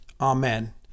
Amen